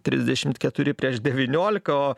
trisdešimt keturi prieš devyniolika o